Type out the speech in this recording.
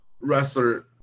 Wrestler